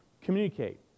Communicate